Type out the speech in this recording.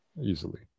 Easily